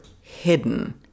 hidden